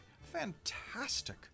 fantastic